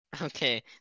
Okay